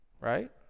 right